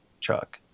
chuck